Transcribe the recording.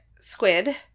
squid